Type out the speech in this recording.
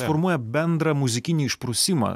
formuoja bendrą muzikinį išprusimą